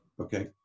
Okay